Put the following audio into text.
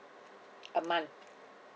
a month